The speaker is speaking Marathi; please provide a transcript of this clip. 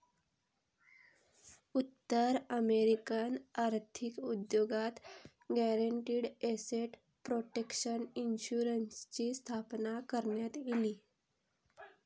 उत्तर अमेरिकन आर्थिक उद्योगात गॅरंटीड एसेट प्रोटेक्शन इन्शुरन्सची स्थापना करण्यात इली